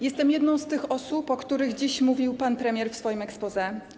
Jestem jedną z tych osób, o których dziś mówił pan premier w swoim exposé.